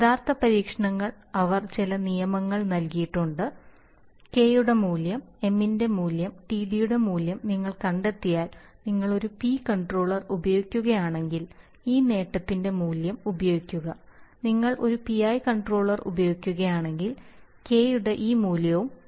യഥാർത്ഥ പരീക്ഷണങ്ങൾ അവർ ചില നിയമങ്ങൾ നൽകിയിട്ടുണ്ട് കെ യുടെ മൂല്യം എം ഇൻറെ മൂല്യം ടിഡി യുടെ മൂല്യം നിങ്ങൾ കണ്ടെത്തിയാൽ നിങ്ങൾ ഒരു പി കൺട്രോളർ ഉപയോഗിക്കുകയാണെങ്കിൽ ഈ നേട്ടത്തിന്റെ മൂല്യം ഉപയോഗിക്കുക നിങ്ങൾ ഒരു PI കൺട്രോളർ ഉപയോഗിക്കുകയാണെങ്കിൽ K യുടെ ഈ മൂല്യവും TI